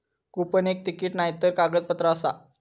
coupon एक ticket नायतर कागदपत्र आसा